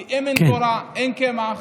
כי אם אין תורה אין קמח,